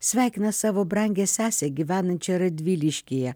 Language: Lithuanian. sveikina savo brangią sesę gyvenančią radviliškyje